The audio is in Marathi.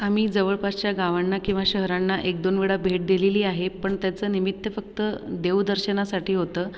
आम्ही जवळपासच्या गावांना किंवा शहरांना एक दोन वेळा भेट दिलेली आहे पण त्याचं निमित्त फक्त देवदर्शनासाठी होतं